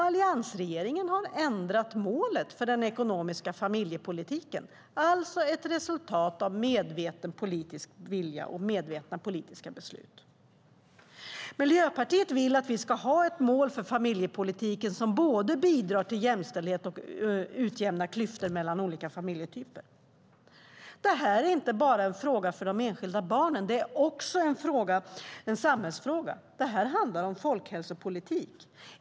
Alliansregeringen har ändrat målet för den ekonomiska familjepolitiken, så det är alltså ett resultat av medveten politisk vilja och medvetna politiska beslut. Miljöpartiet vill att vi ska ha ett mål för familjepolitiken som både bidrar till jämställdhet och utjämnar klyftor mellan olika familjetyper. Det här är inte bara en fråga för de enskilda barnen, utan det är också en samhällsfråga. Det här handlar om folkhälsopolitik.